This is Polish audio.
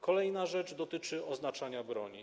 Kolejna rzecz dotyczy oznaczania broni.